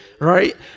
right